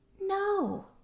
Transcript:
no